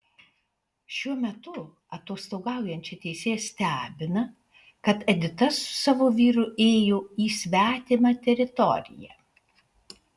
šiuo metu atostogaujančią teisėją stebina kad edita su savo vyru ėjo į svetimą teritoriją